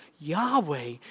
Yahweh